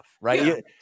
right